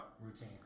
routine